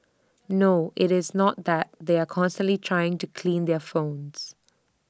no IT is not that they are constantly trying to clean their phones